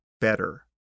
better